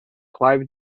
clive